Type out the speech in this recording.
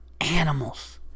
Animals